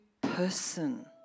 person